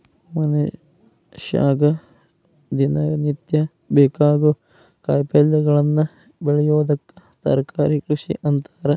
ಮನಷ್ಯಾಗ ದಿನನಿತ್ಯ ಬೇಕಾಗೋ ಕಾಯಿಪಲ್ಯಗಳನ್ನ ಬೆಳಿಯೋದಕ್ಕ ತರಕಾರಿ ಕೃಷಿ ಅಂತಾರ